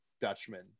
Dutchman